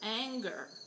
anger